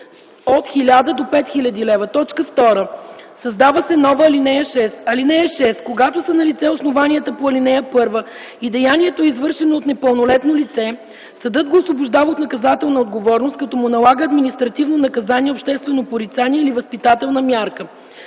„от 1000 до 5000 лв.” 2. Създава се нова ал. 6: „(6) Когато са налице основанията по ал. 1 и деянието е извършено от непълнолетно лице, съдът го освобождава от наказателна отговорност, като му налага административно наказание обществено порицание или възпитателна мярка.